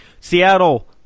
Seattle –